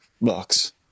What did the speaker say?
box